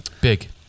Big